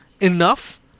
enough